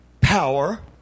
power